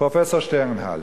פרופסור שטרנהל.